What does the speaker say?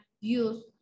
use